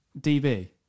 DB